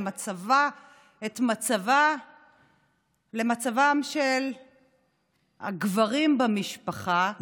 את מצבה למצבם של הגברים במשפחה,